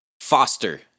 Foster